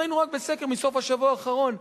כפי שראינו רק בסקר מסוף השבוע האחרון,